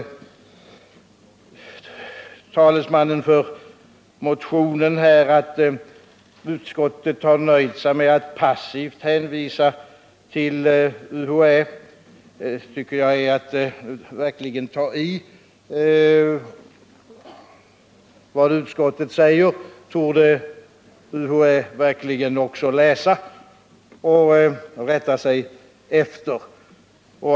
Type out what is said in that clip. Talesmannen för reservationen sade att utskottet har nöjt sig med att passivt hänvisa till UHÄ. Det tycker jag är att verkligen ta i. Vad utskottet säger torde UHÄ också läsa och rätta sig efter.